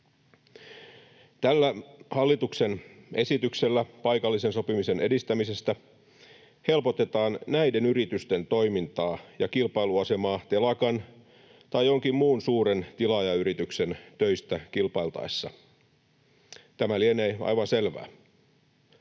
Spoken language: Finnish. Tällä hallituksen esityksellä paikallisen sopimisen edistämisestä helpotetaan näiden yritysten toimintaa ja kilpailuasemaa telakan tai jonkin muun suuren tilaajayrityksen töistä kilpailtaessa. Tämä lienee aivan selvää.